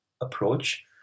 approach